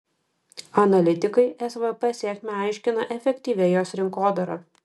analitikai svp sėkmę aiškina efektyvia jos rinkodara